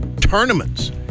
tournaments